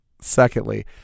secondly